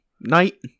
night